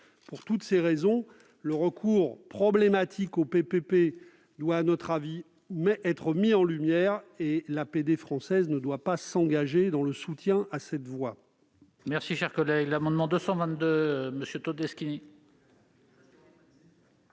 Pour toutes ces raisons, le recours problématique aux PPP nécessite, à notre avis, d'être mis en lumière. L'APD française ne doit pas s'engager dans le soutien à cette voie.